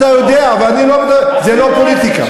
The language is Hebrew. ואתה יודע, זה לא פוליטיקה.